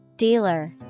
Dealer